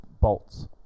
Bolts